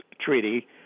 Treaty